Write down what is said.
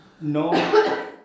No